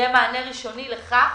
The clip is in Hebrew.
יהיה מענה ראשוני לכך